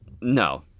No